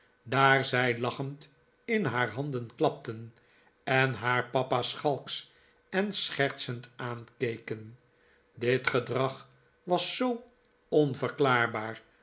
daar zij lachend in haar handen klapten en haar papa schalks en schertsend aankeken dit gedrag was zoo onverklaarbaar